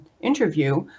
interview